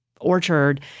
orchard